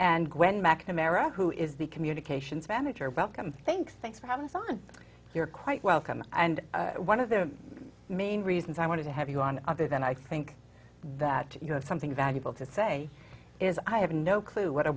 and gwen mcnamara who is the communications manager welcome thanks thanks problems and you're quite welcome and one of the main reasons i wanted to have you on other than i think that you have something valuable to say is i have no clue what